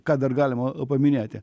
ką dar galima paminėti